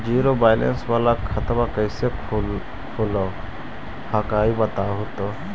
Zero balance वाला खतवा कैसे खुलो हकाई बताहो तो?